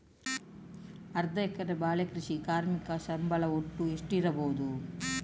ಅರ್ಧ ಎಕರೆಯ ಬಾಳೆ ಕೃಷಿಗೆ ಕಾರ್ಮಿಕ ಸಂಬಳ ಒಟ್ಟು ಎಷ್ಟಿರಬಹುದು?